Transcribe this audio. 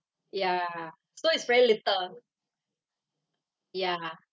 ya so it's very little ya